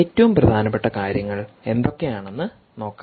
ഏറ്റവും പ്രധാനപ്പെട്ട കാര്യങ്ങൾ എന്തൊക്കെയാണെന്ന് നോക്കാം